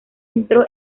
entró